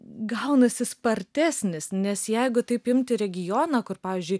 gaunasi spartesnis nes jeigu taip imti regioną kur pavyzdžiui